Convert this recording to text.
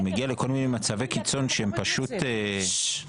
אני מגיע לכל מצבי קיצון שהם פשוט מבזים.